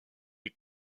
est